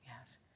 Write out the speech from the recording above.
Yes